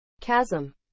Chasm